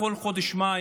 בכל חודש מאי,